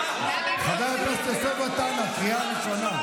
חבר הכנסת רון כץ, בבקשה, לך לא הפריעו.